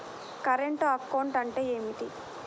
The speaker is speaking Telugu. కరెంటు అకౌంట్ అంటే ఏమిటి?